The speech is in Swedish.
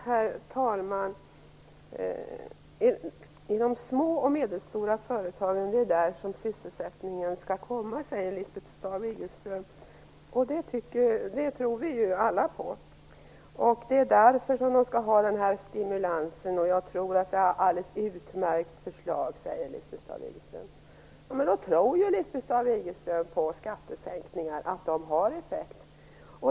Herr talman! Det är i de små och medelstora företagen som sysselsättningen skall komma, säger Lisbeth Staaf-Igelström, och det tror vi ju alla på. Det är därför de skall ha den här stimulansen, och jag tror att detta är ett alldeles utmärkt förslag, säger Lisbeth Ja, men då tror ju Lisbeth Staaf-Igelström på att skattesänkningar har effekt.